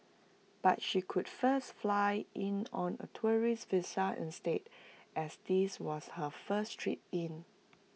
but she could first fly in on A tourist visa instead as this was her first trip in